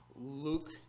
Luke